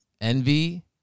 envy